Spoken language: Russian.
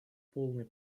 полной